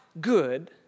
good